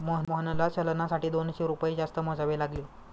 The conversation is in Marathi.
मोहनला चलनासाठी दोनशे रुपये जास्त मोजावे लागले